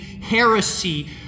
heresy